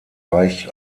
reich